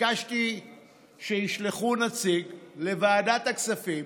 ביקשתי שישלחו נציג לוועדת הכספים